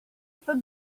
for